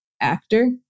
actor